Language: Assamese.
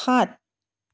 সাত